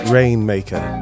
Rainmaker